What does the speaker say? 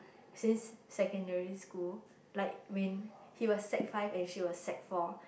since secondary school like when he was sec five and she was sec four